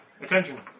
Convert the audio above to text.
Attention